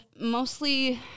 mostly